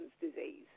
disease